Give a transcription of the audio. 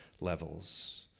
levels